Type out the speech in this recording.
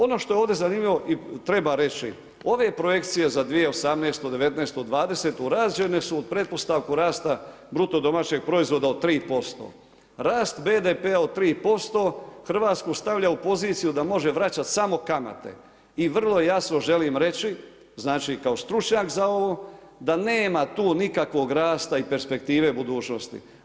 Ono što je ovdje zanimljivo i treba reći, ove projekcije za 2018., 2019., 2020. rađene su uz pretpostavku rasta BDP-a od 3%, rast BDP-a od 3% Hrvatsku stavlja u poziciju da može vraćati samo kamate i vrlo jasno želim reći, kao stručnjak za ovo, da nema tu nikakvog rasta i perspektive budućnosti.